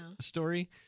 story